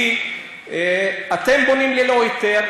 כי "אתם בונים ללא היתר".